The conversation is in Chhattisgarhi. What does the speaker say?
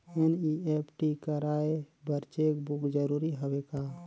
एन.ई.एफ.टी कराय बर चेक बुक जरूरी हवय का?